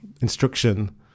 instruction